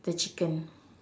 the chicken